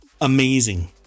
Amazing